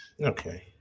Okay